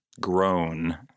grown